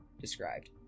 described